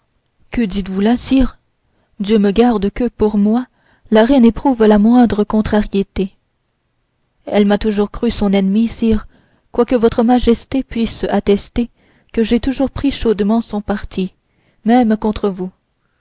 que dites-vous là sire dieu me garde que pour moi la reine éprouve la moindre contrariété elle m'a toujours cru son ennemi sire quoique votre majesté puisse attester que j'ai toujours pris chaudement son parti même contre vous